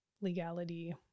legality